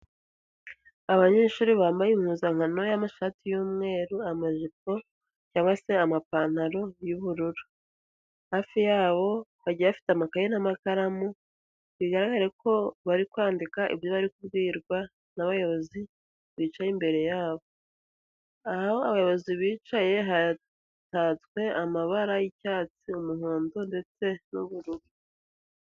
Abanyeshuri bambaye impuzankano y'amashati y'umweru, amajipo cyangwa se amapantaro y'ubururu, hafi yabo bagiye bafite amakaye n'amakaramu, bigaragare ko bari kwandika ibyo bari kubwirwa n'abayobozi bicaye imbere yabo. Aho abayobozi bicaye hatatswe amabara y'icyatsi, umuhondo ndetse n'ubururu.